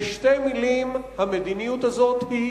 בשתי מלים, המדיניות הזאת היא